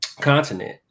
Continent